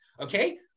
Okay